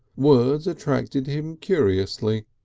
words attracted him curiously,